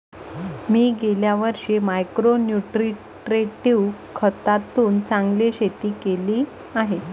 मी गेल्या वर्षी micro nutritive खतातून चांगले शेती केली आहे